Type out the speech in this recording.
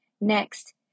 Next